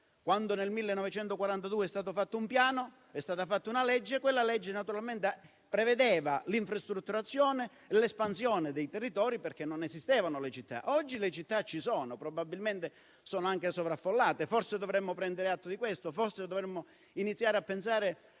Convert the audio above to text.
Quando, nel 1942, è stato fatto un piano, è stata fatta anche una legge. Quella legge, naturalmente, prevedeva l'infrastrutturazione, l'espansione dei territori, perché non esistevano le città. Oggi le città ci sono e, probabilmente, sono anche sovraffollate. Forse dovremmo prendere atto di questo. Forse dovremmo iniziare a pensare